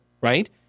right